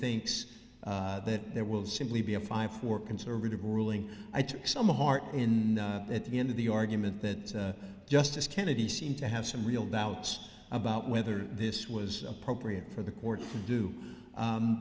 thinks that there will simply be a five four conservative ruling i took some heart in at the end of the argument that justice kennedy seemed to have some real doubts about whether this was appropriate for the court do